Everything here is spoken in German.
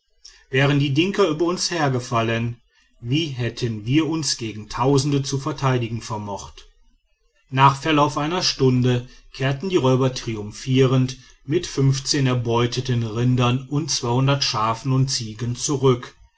wären die dinka über uns hergefallen wie hätten wir uns gegen tausende zu verteidigen vermocht nach verlauf einer stunde kehrten die räuber triumphierend mit erbeuteten rindern und schafen und ziegen zurück